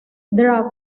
draft